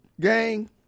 gang